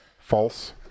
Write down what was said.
false